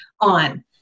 On